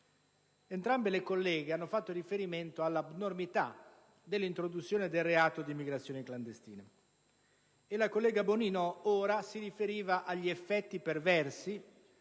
Entrambe le colleghe hanno fatto riferimento alla abnormità dell'introduzione del reato di immigrazione clandestina. La collega Bonino ora si riferiva agli effetti perversi